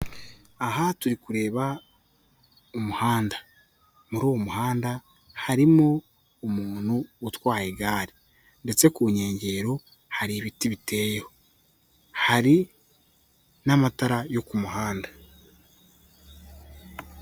Aha turi kureba umuhanda. Muri uwo muhanda harimo umuntu utwaye igare. Ndetse ku nkengero hari ibiti biteyeho. Hari n'amatara yo ku muhanda.